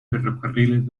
ferrocarriles